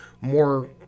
more